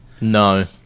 No